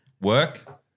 work